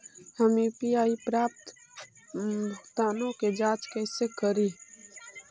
हम यु.पी.आई पर प्राप्त भुगतानों के जांच कैसे करी?